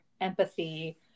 empathy